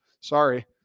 Sorry